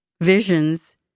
visions